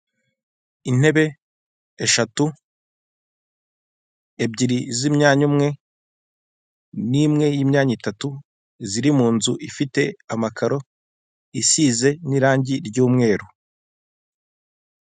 Umuhanda wa kaburimbo uri kugendamo akamodoka Gatoya kagenewe gutwara imizigo, hakurya hakaba hari izindi modoka zitwara imizigo minini ziparitse, ibiti bikikije umuhanda, ikiraro cyambuka kiva mu muhanda kijya mu baturage ndetse n'umuyoboro munini utwara amazi.